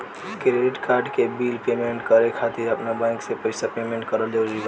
Credit card के bill payment करे खातिर आपन बैंक से पईसा पेमेंट करल जरूरी बा?